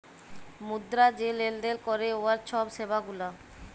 মুদ্রা যে লেলদেল ক্যরে উয়ার ছব সেবা গুলা